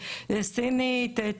סינית,